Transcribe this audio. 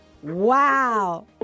Wow